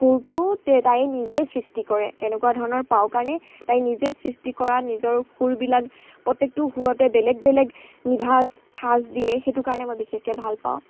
সুৰটো তাই নিজে সৃষ্টি কৰে তেনেকুৱা ধৰণৰ পাওঁ কাৰণে তাই নিজে সৃষ্টি কৰা নিজৰ সুৰবিলাক প্ৰত্যেকটো সুৰতে বেলেগ বেলেগ নিভাঁজ ঠাঁজ দিয়ে সেইটো কাৰণে মই বিশেষকে ভাল পাওঁ